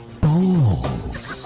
Balls